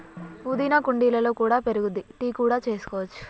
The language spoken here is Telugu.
పుదీనా కుండీలలో కూడా పెరుగుద్ది, టీ కూడా చేసుకోవచ్చు